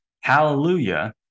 hallelujah